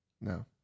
No